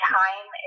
time